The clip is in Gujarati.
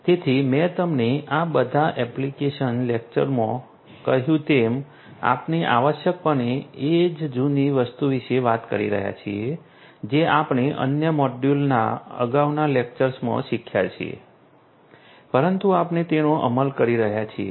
તેથી મેં તમને આ બધા એપ્લિકેશન લેક્ચર્સમાં કહ્યું તેમ આપણે આવશ્યકપણે એ જ જૂની વસ્તુ વિશે વાત કરી રહ્યા છીએ જે આપણે અન્ય મોડ્યુલના અગાઉના લેક્ચર્સમાં શીખ્યા છીએ પરંતુ આપણે તેનો અમલ કરી રહ્યા છીએ